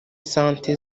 sante